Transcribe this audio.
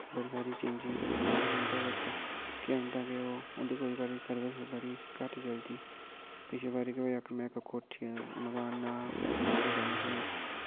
बड़ी सारी चेंजिंग औंदी उंदे बिच्च केह् होंदा कि ओह् उंदी केई बारी सर्विस बड़ी घट्ट चलदी पिछली बारी केह् होऐआ कि में इक कोठे मकान पैसे जेह्ड़े देने हे